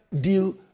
deal